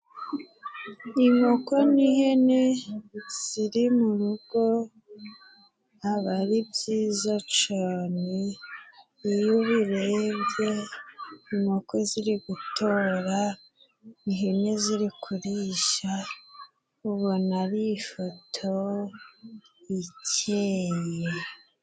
Inkoko n'ihene ziri mu rugo aba ari byiza cane, iyo ubirebye inkoko ziri gutora, ihene ziri kurisha ubona ari ifoto ikeye.